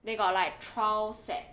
they got like trial set